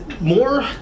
More